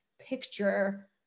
picture